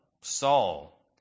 Saul